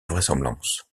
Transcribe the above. vraisemblance